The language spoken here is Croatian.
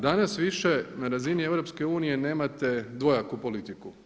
Danas više na razini EU nemate dvojaku politiku.